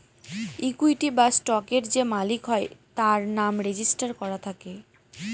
equity বা স্টকের যে মালিক হয় তার নাম রেজিস্টার করা থাকে